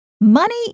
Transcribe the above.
money